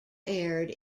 aired